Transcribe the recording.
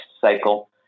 cycle